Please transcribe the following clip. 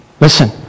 Listen